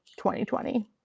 2020